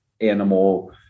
animal